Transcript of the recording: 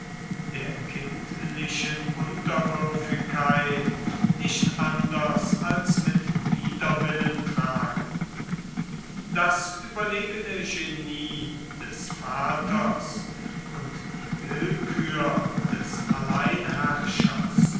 der kindlichen unterwürfigkeit nicht anders als mit widerwillen tragen das überlegene genie des vaters und die willkür des alleinherrschers